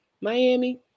miami